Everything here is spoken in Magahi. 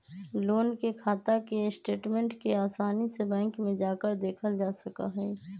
लोन के खाता के स्टेटमेन्ट के आसानी से बैंक में जाकर देखल जा सका हई